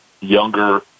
younger